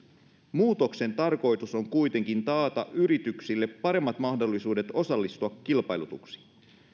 muutoksen tarkoitus on kuitenkin taata yrityksille paremmat mahdollisuudet osallistua kilpailutuksiin